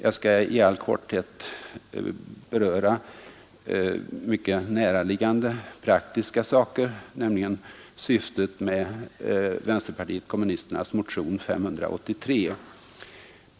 Jag skall i all korthet beröra mycket näraliggande praktiska frågor, nämligen syftet med vänsterpartiet kommunisternas motion 583.